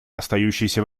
остающейся